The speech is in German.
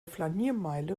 flaniermeile